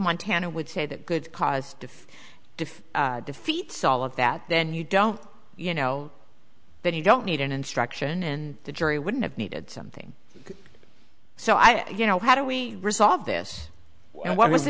montana would say that good cause if if defeats all of that then you don't you know then you don't need an instruction and the jury wouldn't have needed something so i think you know how do we resolve this and why was